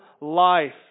life